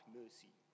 mercy